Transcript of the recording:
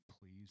please